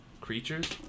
Creatures